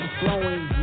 flowing